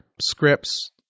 scripts